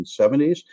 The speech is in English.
1970s